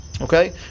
Okay